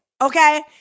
okay